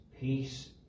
peace